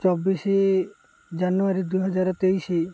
ଚବିଶ ଜାନୁଆରୀ ଦୁଇହଜାର ତେଇଶ